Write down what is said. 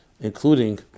including